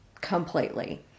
completely